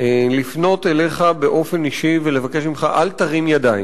לפנות אליך באופן אישי ולבקש ממך: אל תרים ידיים,